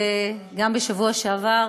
בשבוע שעבר,